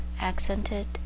accented